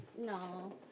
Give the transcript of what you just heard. No